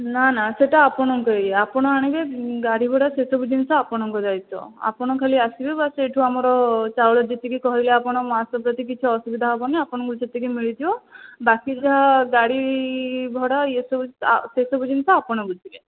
ନା ନା ସେଇଟା ଆପଣଙ୍କ ଇଏ ଆପଣ ଆଣିବେ ଗାଡ଼ି ଭଡ଼ା ସେ ସବୁ ଜିନିଷ ଆପଣଙ୍କ ଦାଇତ୍ୱ ଆପଣ ଖାଲି ଆସିବେ ବାସ୍ ଏଇଠୁ ଆମର ଚାଉଳ ଯେତିକି କହିଲେ ଆପଣ କିଛି ଅସୁବିଧା ହେବନି ଆପଣଙ୍କୁ ସେତିକି ମିଳିଯିବ ବାକି ଯାହା ଗାଡ଼ି ଭଡ଼ା ଏସବୁ ସେସବୁ ଜିନିଷ ଆପଣ ବୁଝିବେ